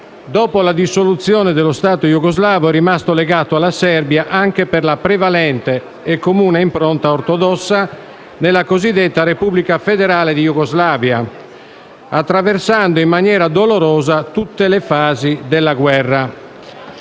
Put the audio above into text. dopo la dissoluzione dello Stato jugoslavo è rimasto legato alla Serbia, anche per la prevalente e comune impronta ortodossa, nella cosiddetta Repubblica federale di Jugoslavia, attraversando in maniera dolorosa tutte le fasi della guerra.